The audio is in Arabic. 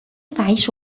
تعيش